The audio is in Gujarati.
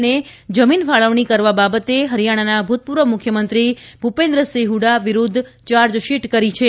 ને જમીન ફાળવણી કરવા બાબતે હરિયાણાના ભૂતપૂર્વ મુખ્યમંત્રી ભુપેન્દ્રસિંહ હુડા વિરૂદ્વ ચાર્જશીટ કરી છે